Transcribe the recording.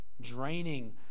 Draining